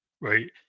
right